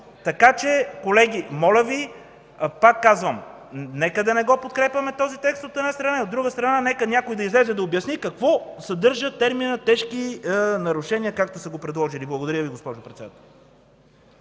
закон. Колеги, моля Ви, пак казвам, нека не подкрепяме този текст, от една страна, и от друга – нека някой да излезе и обясни какво съдържа терминът „тежки нарушения”, както са го предложили. Благодаря Ви, госпожо Председател.